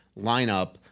lineup